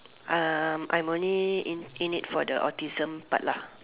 I'm only in in it for the autism part